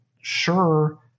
sure